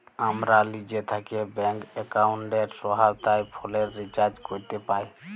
আমরা লিজে থ্যাকে ব্যাংক এক্কাউন্টের সহায়তায় ফোলের রিচাজ ক্যরতে পাই